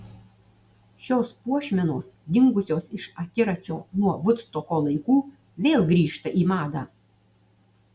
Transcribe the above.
šios puošmenos dingusios iš akiračio nuo vudstoko laikų vėl grįžta į madą